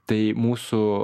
tai mūsų